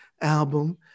Album